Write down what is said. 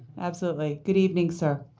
absolutely. good evening, sir.